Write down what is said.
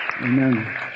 Amen